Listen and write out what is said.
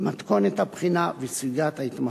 מתכונת הבחינה וסוגיית ההתמחות.